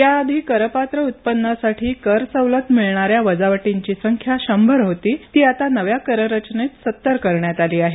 याआधी करपात्र उत्पन्नासाठी कर सवलत मिळणाऱ्या वजावटींची संख्या शंभर होती ती आता नव्या कररचनेत सत्तर करण्यात आली आहे